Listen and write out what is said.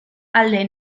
alde